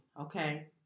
okay